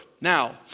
Now